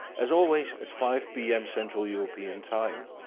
as always at five pm central european time.